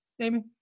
Amy